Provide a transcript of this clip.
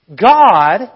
God